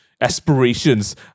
aspirations